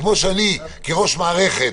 כמו שאני כראש מערכת,